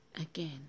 Again